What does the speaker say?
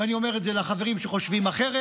ואני אומר את זה לחברים שחושבים אחרת.